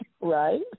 Right